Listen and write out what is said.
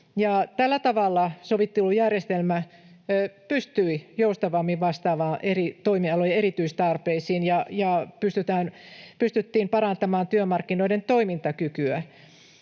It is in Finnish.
Tällä tavalla sovittelujärjestelmä pystyi joustavammin vastaamaan eri toimialojen erityistarpeisiin ja pystyttiin parantamaan työmarkkinoiden toimintakykyä.